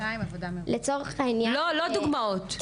לא, לא דוגמאות.